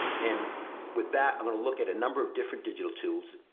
and with that, i'm gonna look at a number of different digital tools.